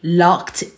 locked